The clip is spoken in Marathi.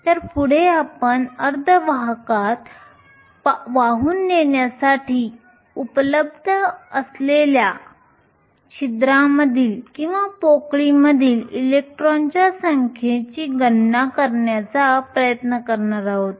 तर पुढे आपण अर्धवाहकात वाहून नेण्यासाठी उपलब्ध असलेल्या छिद्रांमधील इलेक्ट्रॉनच्या संख्येची गणना करण्याचा प्रयत्न करणार आहोत